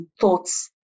thoughts